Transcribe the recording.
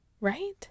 right